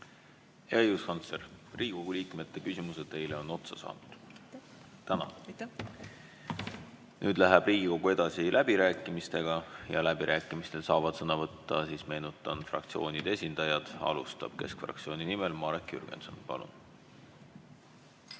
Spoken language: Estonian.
õiguskantsler! Riigikogu liikmete küsimused teile on otsa saanud. Tänan! Nüüd läheb Riigikogu edasi läbirääkimistega ja läbirääkimistel saavad sõna võtta, meenutan, fraktsioonide esindajad. Alustab keskfraktsiooni nimel Marek Jürgenson. Palun!